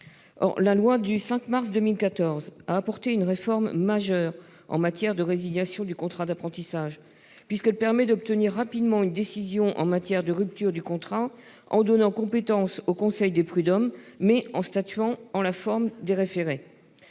loi. La loi du 5 mars 2014 a apporté une réforme majeure en matière de résiliation du contrat d'apprentissage, puisqu'elle permet d'obtenir rapidement une décision en matière de rupture du contrat, en donnant compétence au conseil des prud'hommes qui statue en la forme des référés.